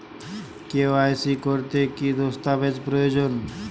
KYC করতে কি দস্তাবেজ প্রয়োজন?